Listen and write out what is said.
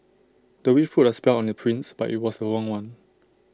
the witch put A spell on the prince but IT was the wrong one